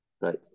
right